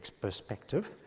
perspective